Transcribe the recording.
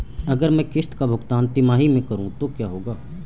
अगर मैं किश्त का भुगतान तिमाही में करूं तो क्या होगा?